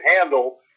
handle